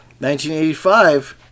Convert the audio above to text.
1985